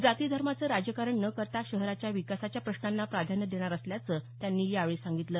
जाती धर्माचं राजकारण न करता शहराच्या विकासाच्या प्रश्नांना प्राधान्य देणार असल्याचं त्यांनी यावेळी सांगितलं